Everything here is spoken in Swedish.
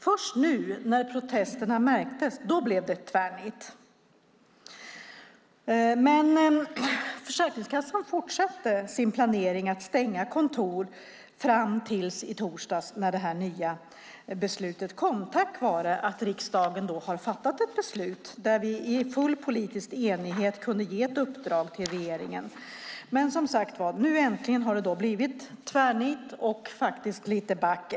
Först nu när protesterna märktes blev det tvärnit. Försäkringskassan fortsatte att stänga kontor enligt planerna fram till i torsdags när det nya beslutet kom tack vare att riksdagen har fattat ett beslut och i full politisk enighet kunde ge ett uppdrag till regeringen. Nu har det äntligen blivit tvärnit och faktiskt lite back.